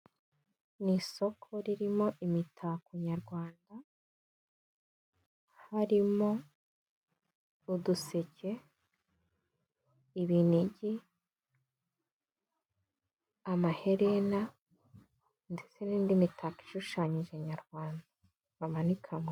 Ni isoko ririmo imitako Nyarwanda. Harimo, uduseke, ibinigi, amaherena ndetse n'indi mitako ishushanyije Nyarwanda, bamanika mu nzu.